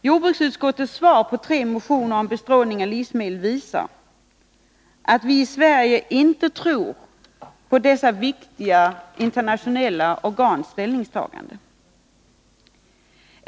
Jordbruksutskottets svar på tre motioner om bestrålning av livsmedel visar att vi i Sverige inte tror på dessa viktiga internationella organs ställningstaganden.